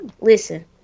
listen